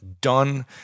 done